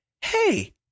hey